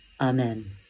Amen